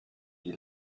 wie